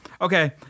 Okay